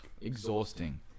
exhausting